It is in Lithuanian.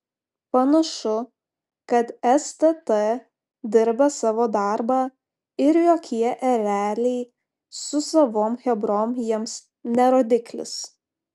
panašu kad stt dirba savo darbą ir jokie ereliai su savom chebrom jiems ne rodiklis